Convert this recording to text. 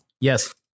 Yes